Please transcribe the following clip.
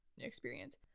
experience